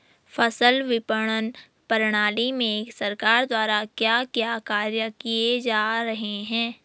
फसल विपणन प्रणाली में सरकार द्वारा क्या क्या कार्य किए जा रहे हैं?